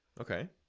Okay